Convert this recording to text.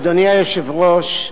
אדוני היושב-ראש,